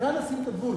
כאן נשים את הגבול,